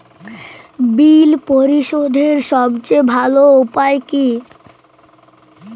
বিল পরিশোধের সবচেয়ে ভালো উপায় কী?